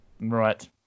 Right